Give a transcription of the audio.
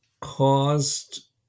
caused